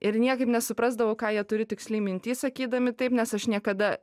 ir niekaip nesuprasdavau ką jie turi tiksliai minty sakydami taip nes aš niekada